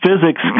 physics